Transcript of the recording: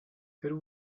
good